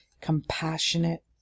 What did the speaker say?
compassionate